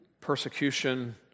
Persecution